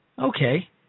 Okay